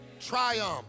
triumph